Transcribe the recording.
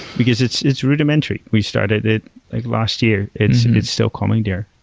because it's it's rudimentary. we started it like last year. it's it's so common there.